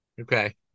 okay